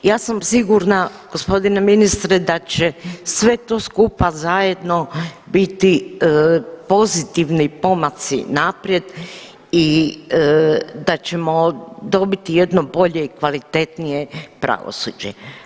Ja sam sigurna g. ministre da će sve to skupa zajedno biti pozitivni pomaci naprijed i da ćemo dobiti jedno bolje i kvalitetnije pravosuđe.